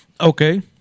Okay